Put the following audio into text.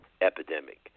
epidemic